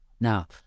Now